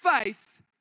faith